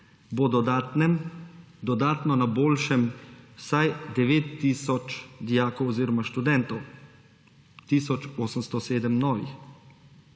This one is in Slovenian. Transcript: bo dodatno na boljšem vsaj 9 tisoč dijakov oziroma študentov, tisoč 807 novih.